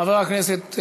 והבריאות נתקבלה.